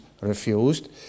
refused